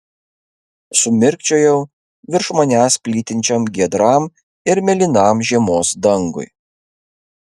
sumirkčiojau virš manęs plytinčiam giedram ir mėlynam žiemos dangui